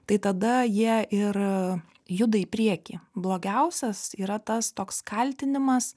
tai tada jie ir juda į priekį blogiausias yra tas toks kaltinimas